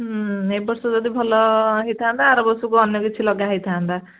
ହୁଁ ଏବର୍ଷ ଯଦି ଭଲହେଇଥାନ୍ତା ଆରବର୍ଷକୁ ଅନ୍ୟକିଛି ଲଗାହେଇଥାନ୍ତା